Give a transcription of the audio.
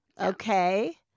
okay